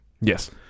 Yes